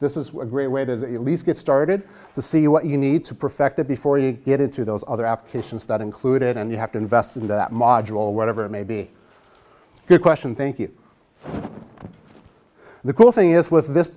this is a great way to get started to see what you need to perfect it before you get into those other applications that included and you have to invest in that module or whatever it may be good question thank you the cool thing is with this